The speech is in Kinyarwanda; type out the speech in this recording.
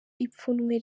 ipfunwe